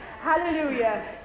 Hallelujah